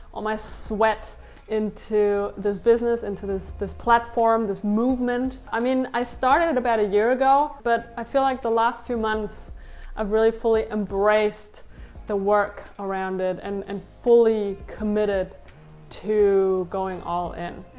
all my sweat into this business into this this platform, this movement. i mean i started about a year ago, but i feel like the last few months i've really fully embraced the work around it and and fully committed to going all in.